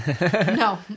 No